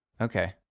Okay